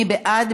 מי בעד?